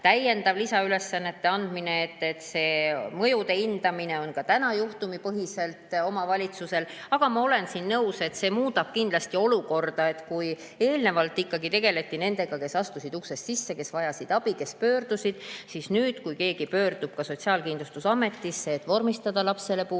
ei ole lisaülesannete andmine, et see mõjude hindamine on ka täna juhtumipõhiselt omavalitsuse [kohustus]. Aga ma olen nõus, et see muudab kindlasti olukorda. Kui eelnevalt tegeleti nendega, kes astusid uksest sisse, kes vajasid abi, kes pöördusid, siis nüüd, kui keegi pöördub Sotsiaalkindlustusametisse, et vormistada lapse puudeaste,